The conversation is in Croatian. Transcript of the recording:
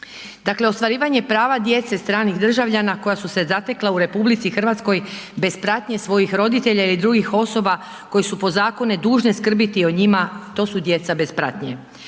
Dakle, ostvarivanje prava djece stranih državljana koja su se zatekla u RH bez pratnje svojih roditelja ili drugih osoba koji su po zakonu dužne skrbiti o njima to su djeca bez pratnje.